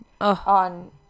on